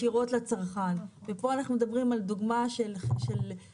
ישירות לצרכן ופה אנחנו מדברים על דוגמא של סימון